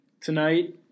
tonight